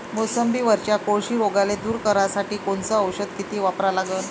मोसंबीवरच्या कोळशी रोगाले दूर करासाठी कोनचं औषध किती वापरा लागन?